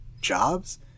jobs